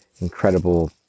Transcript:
incredible